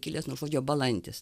kilęs nuo žodžio balandis